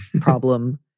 problem